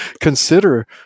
consider